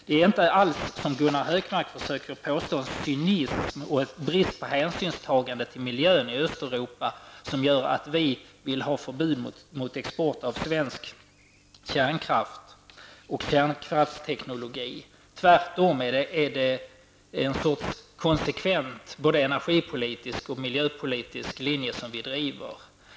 Det är inte alls som Gunnar Hökmark försöker påstå cynism och brist på hänsynstagande till miljön i Östeuropa som gör att vi vill ha förbud mot export av svensk kärnkraft och kärnkraftsteknologi. Tvärtom är det en konsekvent både energipolitisk och miljöpolitisk linje som vi driver.